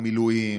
המילואים,